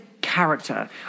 character